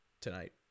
tonight